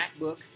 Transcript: MacBook